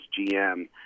GM